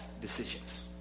decisions